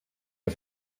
der